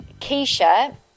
Keisha